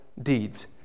deeds